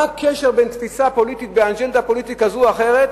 מה הקשר בין תפיסה פוליטית ואג'נדה פוליטית כזאת או אחרת